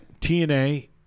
TNA